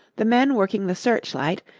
the men working the searchlight,